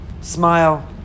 smile